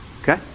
Okay